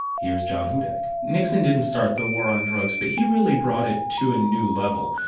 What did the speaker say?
here's john hudak nixon didn't start the war on drugs, but he really brought it to a new level.